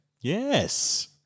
Yes